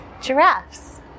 Giraffes